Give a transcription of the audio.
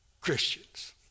Christians